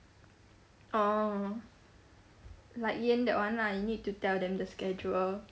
oh like ian that [one] ah you need to tell them the schedule